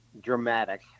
dramatic